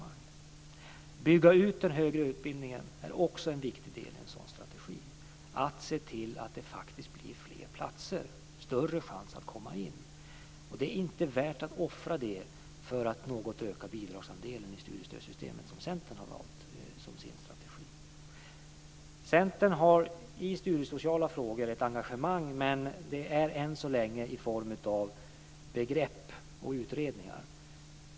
Att bygga ut den högre utbildningen är också en viktig del i en sådan strategi - att se till att det faktiskt blir fler platser, större chans att komma in. Det är inte värt att offra det för att något öka bidragsandelen i studiestödsdelen, som Centern har valt som sin strategi. Centern har i studiesociala frågor ett engagemang, men det är än så länge i form av begrepp och utredningar.